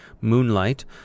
Moonlight